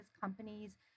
companies